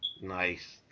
Nice